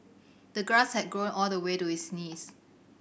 the grass had grown all the way to his knees